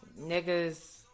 Niggas